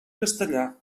castellà